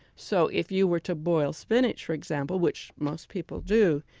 so if you were to boil spinach, for example, which most people do,